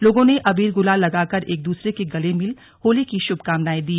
लोगों ने अबीर गुलाल लगाकर एक दूसरे के गले मिल होली की शुभकामनाएं दी